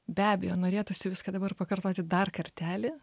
be abejo norėtųsi viską dabar pakartoti dar kartelį